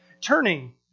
turning